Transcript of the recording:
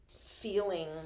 feeling